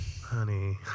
Honey